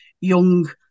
young